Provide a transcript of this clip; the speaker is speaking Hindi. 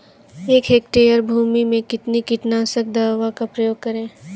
एक हेक्टेयर भूमि में कितनी कीटनाशक दवा का प्रयोग करें?